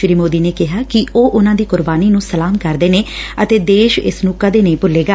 ਸ੍ਰੀ ਸੋਦੀ ਨੇ ਕਿਹਾ ਕਿ ਉਹ ਉਨੂਾਂ ਦੀ ਕੁਰਬਾਨੀ ਨੂੰ ਸਲਾਮ ਕਰਦੇ ਨੇ ਅਤੇ ਦੇਸ਼ ਇਸ ਨੂੰ ਕਦੇ ਨਹੀਂ ਭੁੱਲੇਗਾ